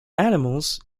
animals